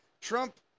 Trump